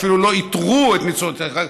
אפילו לא איתרו את ניצולי השואה.